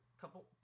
couple